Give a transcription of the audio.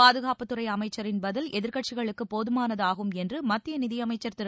பாதுகாப்புத் துறை அமைச்சரின் பதில் எதிர்க்கட்சிகளுக்கு போதுமானதாகும் என்று மத்திய நிதியமைச்சர் திரு